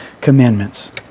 Commandments